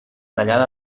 tallada